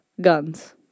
guns